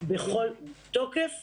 בכל תוקף